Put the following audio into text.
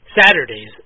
Saturdays